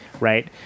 right